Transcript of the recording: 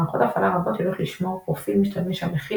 מערכות הפעלה רבות יודעות לשמור פרופיל משתמש המכיל